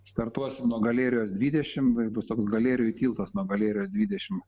startuosim nuo galėrijos dvidešim ir bus toks galėrijojų tiltas nuo galėrijos dvidešim